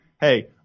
hey